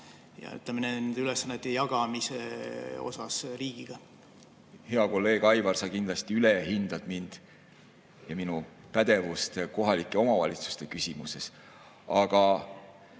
ülesannete jagamise kohta riigiga? Hea kolleeg Aivar! Sa kindlasti ülehindad mind ja minu pädevust kohalike omavalitsuste küsimuses. Aga